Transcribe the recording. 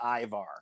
Ivar